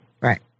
Right